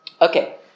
Okay